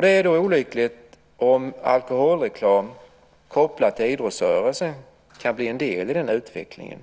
Det är då olyckligt om alkoholreklam kopplad till idrottsrörelsen kan bli en del i den utvecklingen.